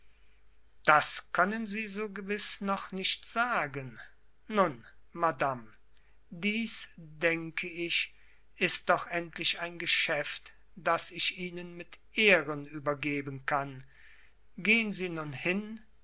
das können sie so gewiß noch nicht sagen nun madame dies denke ich ist doch endlich ein geschäft das ich ihnen mit ehren übergeben kann gehen sie nun hin